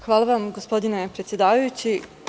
Hvala vam gospodine predsedavajući.